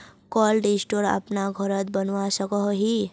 Cold store अपना घोरोत बनवा सकोहो ही?